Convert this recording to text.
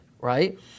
right